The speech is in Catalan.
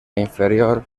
inferior